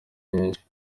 nyinshi